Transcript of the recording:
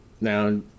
Now